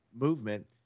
movement